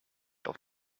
auf